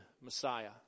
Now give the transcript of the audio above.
Messiah